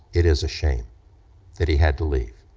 it is a shame that he had to leave,